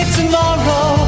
tomorrow